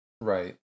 Right